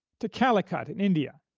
to calicut in india,